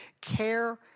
care